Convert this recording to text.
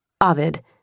Ovid